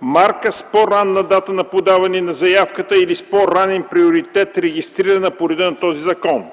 марка с по-ранна дата на подаване на заявката или с по-ранен приоритет, регистрирана по реда на този закон;